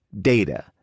data